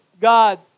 God